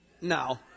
No